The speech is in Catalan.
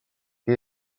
què